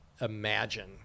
imagine